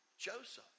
Joseph